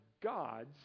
gods